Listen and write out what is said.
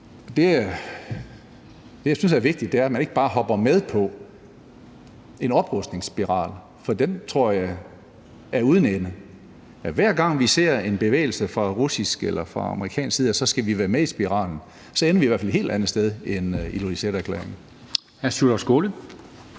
det, jeg synes er vigtigt, er, at man ikke bare hopper med på en oprustningsspiral, for den tror jeg er uden ende – altså at hver gang vi ser en bevægelse fra russisk eller fra amerikansk side, skal vi være med i spiralen. Så ender vi i hvert fald et helt andet sted, end hvad der står i